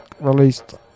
released